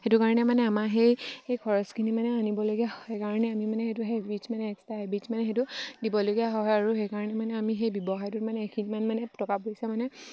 সেইটো কাৰণে মানে আমাৰ সেই সেই খৰচখিনি মানে আনিবলগীয়া সেইকাৰণে আমি মানে সেইটো হেবিটছ্ মানে এক্সট্ৰা হেবিটছ্ মানে সেইটো দিবলগীয়া হয় আৰু সেইকাৰণে মানে আমি সেই ব্যৱসায়টোত মানে এখিনিমান মানে টকা পইচা মানে